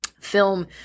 film